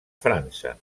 frança